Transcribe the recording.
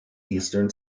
eastern